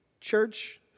church